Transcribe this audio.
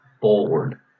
forward